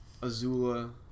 Azula